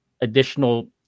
additional